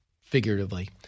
figuratively